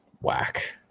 whack